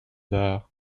d’art